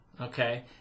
okay